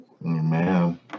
Man